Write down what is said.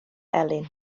elin